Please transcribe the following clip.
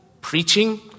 Preaching